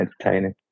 entertaining